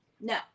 No